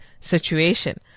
situation